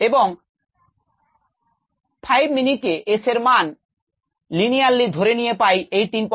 এবং 5 মিনিটে s এর মান linearity ধরে নিয়ে পাই 185